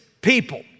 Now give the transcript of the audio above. people